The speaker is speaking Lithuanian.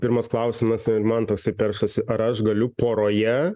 pirmas klausimas ir man toksai peršasi ar aš galiu poroje